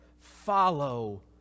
Follow